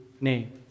name